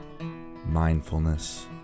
mindfulness